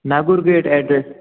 नागुर gate address